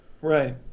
Right